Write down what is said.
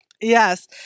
Yes